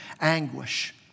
anguish